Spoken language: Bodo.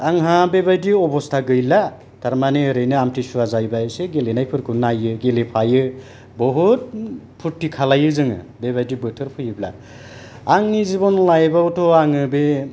आंहा बेबायदि अबसता गैला थारमाने ओरैनो आमतिसुवा जायोबा एसे गेलेनायफोरखौ नायो गेलेफायो बहुद फुरथि खालायो जोङो बेबायदि बोथोर फैयोब्ला आंनि जिबन लाइफ आवथ' आङो बे